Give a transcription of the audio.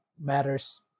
matters